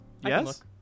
Yes